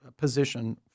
position